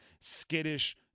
skittish